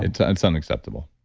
it's it's unacceptable